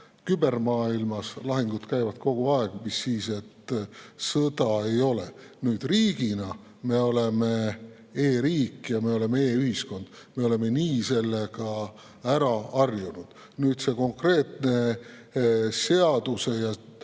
kübermaailmas lahingud käivad kogu aeg, mis siis, et sõda ei ole. Aga riigina me oleme e-riik ja me oleme e-ühiskond, me oleme nii sellega ära harjunud. See konkreetne seadusemuudatus,